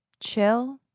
Chill